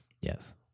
Yes